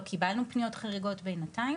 לא קיבלנו פניות חריגות בינתיים